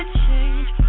change